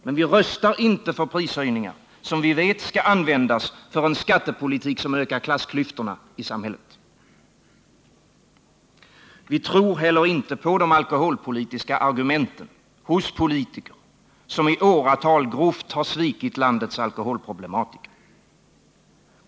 Men vi röstar inte för prishöjningar, som vi vet skall användas för en skattepolitik som ökar klassklyftorna i samhället. Och vi tror inte på de alkoholpolitiska argumenten hos politiker, som i åratal grovt har svikit landets alkoholproblematiker.